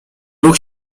ruch